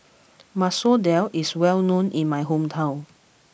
Masoor Dal is well known in my hometown